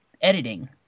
Editing